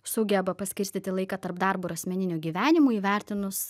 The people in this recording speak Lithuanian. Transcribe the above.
sugeba paskirstyti laiką tarp darbo ir asmeninio gyvenimo įvertinus